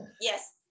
Yes